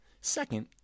Second